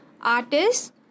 artists